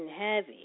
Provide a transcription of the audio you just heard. heavy